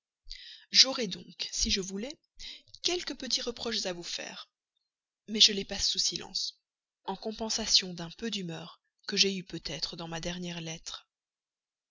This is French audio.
j'aurais donc si je voulais quelques petits reproches à vous faire mais je les passe sous silence en compensation d'un peu d'humeur que j'ai mis peut-être dans ma dernière lettre